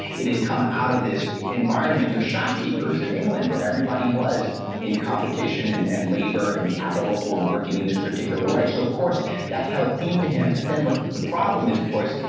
it had come out of this environment of shopkeepers in england, where everybody was in competition and and labor and capital were working in this particular way. so of course that's how it seemed to him. but then what the problem is, of course,